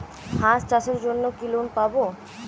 হাঁস চাষের জন্য কি লোন পাব?